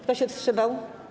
Kto się wstrzymał?